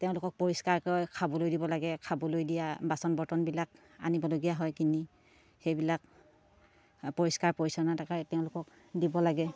তেওঁলোকক পৰিষ্কাৰকৈ খাবলৈ দিব লাগে খাবলৈ দিয়া বাচন বৰ্তনবিলাক আনিবলগীয়া হয় কিনি সেইবিলাক পৰিষ্কাৰ পৰিচ্ছন্নতাকৈ তেওঁলোকক দিব লাগে